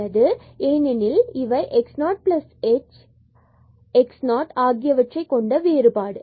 ஏனெனில் இவை x0h and x0 ஆகியவற்றை கொண்ட வேறுபாடு ஆகும்